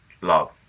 love